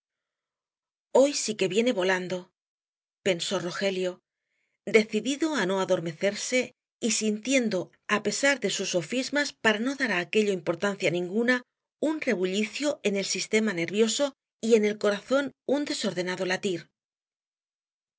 hoy sí que viene volando pensó rogelio decidido á no adormecerse y sintiendo á pesar de sus sofismas para no dar á aquello importancia ninguna un rebullicio en el sistema nervioso y en el corazón un desordenado latir